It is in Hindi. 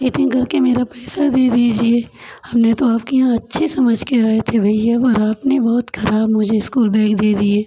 रिटर्न करके मेरा पैसा दे दीजिए हमने तो आपके यहाँ अच्छे समझ के आए थे भइया वह आपने बहुत खराब मुझे इस्कूल बैग दे दिए